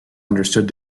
understood